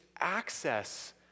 access